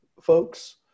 folks